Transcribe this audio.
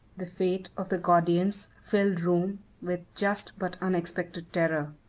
the fate of the gordians filled rome with just but unexpected terror.